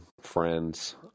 friends